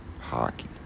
hockey